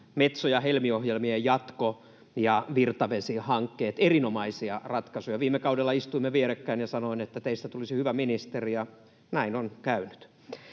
Metso- ja Helmi-ohjelmien jatko ja virtavesihankkeet — erinomaisia ratkaisuja. Viime kaudella istuimme vierekkäin, ja sanoin, että teistä tulisi hyvä ministeri, ja näin on käynyt.